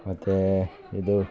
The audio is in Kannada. ಮತ್ತು ಇದು